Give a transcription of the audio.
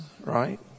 right